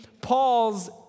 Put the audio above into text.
Paul's